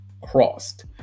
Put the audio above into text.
crossed